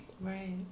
Right